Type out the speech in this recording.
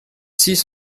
six